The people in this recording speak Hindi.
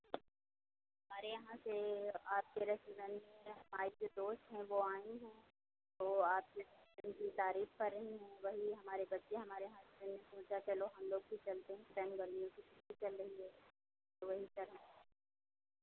हमारे यहाँ से आपके रेस्टोरेंट में हमारे जो दोस्त हैं वो आई हैं तो आपके इनकी तारीफ़ कर रही हैं वही हमारे बच्चे हमारे हसबेन्ड ने सोचा चलो हम लोग भी चलते हैं की छुट्टी चल रही है तो वही सर हम